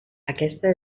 aquesta